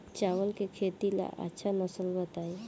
चावल के खेती ला अच्छा नस्ल बताई?